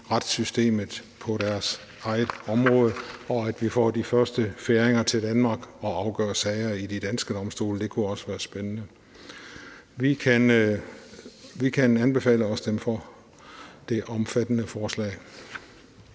retssystemet på deres eget område, og at vi får de første færinger til Danmark for at afgøre sager i de danske domstole. Det kunne også være spændende. Vi kan anbefale at stemme for det omfattende forslag.